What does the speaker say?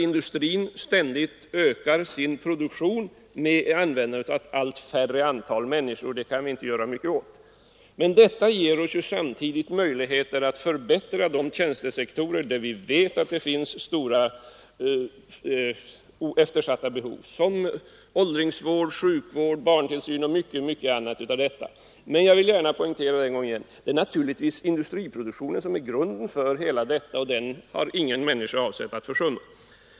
Industrin ökar ständigt sin produktion med användande av allt färre människor, och det kan vi inte göra mycket åt. Men detta ger oss samtidigt möjligheter att förbättra de tjänstesektorer där vi vet att det finns stora eftersatta behov, såsom inom åldringsvård, sjukvård, barntillsyn och mycket annat. Jag vill emellertid gärna än en gång poängtera att det naturligtvis är industriproduktionen som är grunden för allt detta, och den har ingen människa avsett att försumma.